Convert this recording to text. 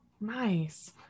Nice